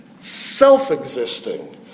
self-existing